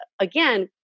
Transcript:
again